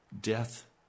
death